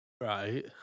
right